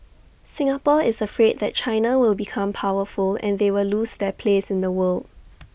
Singapore is afraid that China will become powerful and they will lose their place in the world